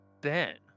Ben